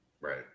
Right